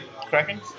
cracking